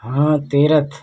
हाँ तीरथ